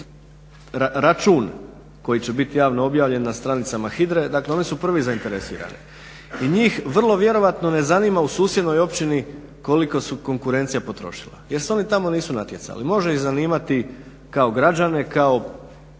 račun koji će biti javno objavljen na stranicama HIDRE, dakle oni su prvi zainteresirani. I njih vrlo vjerojatno ne zanima u susjednoj općini koliko je konkurencija potrošila. Jer se oni tamo nisu natjecali. Može ih zanimati kao građane, kao